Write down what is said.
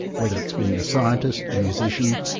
whether it's being a scientist, a musician,